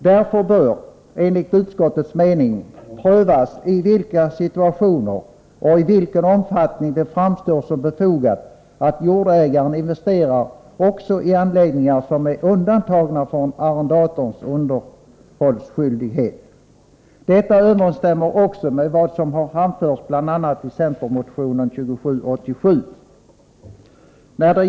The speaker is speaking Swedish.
Därmed bör, enligt utskottets mening, prövas i vilka situationer och i vilken omfattning det framstår som befogat att jordägaren investerar också i anläggningar som är undantagna arrendators underhållsskyldighet. Detta överensstämmer också med vad som anförts i bl.a. centermotionen 2787.